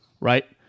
right